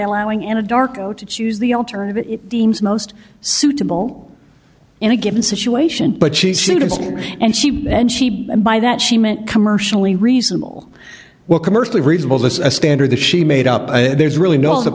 allowing anadarko to choose the alternative it deems most suitable in a given situation but she and she and she and by that she meant commercially reasonable well commercially reasonable that's a standard that she made up there's really no th